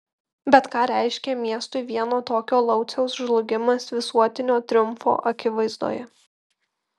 bet ką reiškė miestui vieno tokio lauciaus žlugimas visuotinio triumfo akivaizdoje